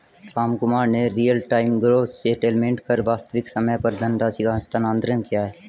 रामकुमार ने real time gross settlement कर वास्तविक समय पर धनराशि का हस्तांतरण किया